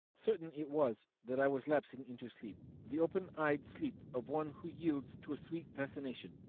certain it was that i was lapsing into sleep, the open-eyed sleep of one who yields to a sweet fascination,